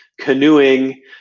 canoeing